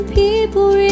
people